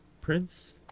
Prince